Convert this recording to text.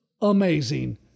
amazing